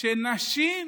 שנשים